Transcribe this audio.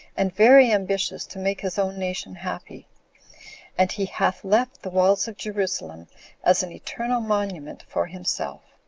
and very ambitious to make his own nation happy and he hath left the walls of jerusalem as an eternal monument for himself.